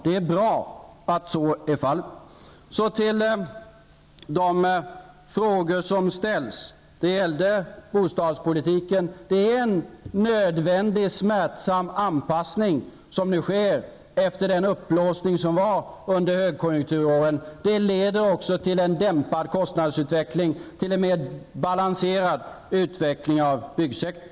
Det är bra att så är fallet. Så till de frågor som ställts. När det gäller bostadspolitiken är det en nödvändig, smärtsam anpassning som nu sker, efter den uppblåsning som förekom under högkonjunkturåren. Det leder också till en dämpad kostnadsutveckling, till en mer balanserad utveckling av byggsektorn.